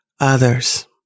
Others